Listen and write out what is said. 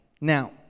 Now